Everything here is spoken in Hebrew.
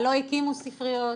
אבל לא הקימו ספריות,